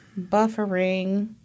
Buffering